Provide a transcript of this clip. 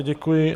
Děkuji.